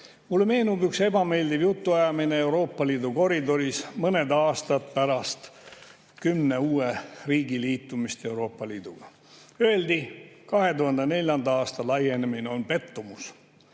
Mulle meenub üks ebameeldiv jutuajamine Euroopa Liidu koridoris mõned aastad pärast kümne uue riigi liitumist Euroopa Liiduga. Öeldi, et 2004. aasta laienemine on pettumus.